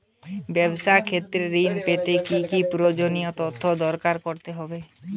ব্যাবসা ক্ষেত্রে ঋণ পেতে কি কি প্রয়োজনীয় তথ্য প্রদান করতে হবে?